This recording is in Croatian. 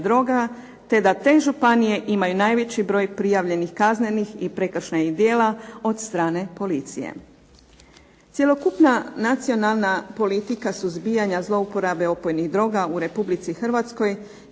te da te županije imaju najveći broj prijavljenih kaznenih i prekršajnih djela od strane policije. Cjelokupna Nacionalna politika suzbijanja zlouporabe opojnih droga u Republici Hrvatskoj